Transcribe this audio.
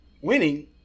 winning